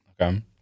Okay